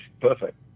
perfect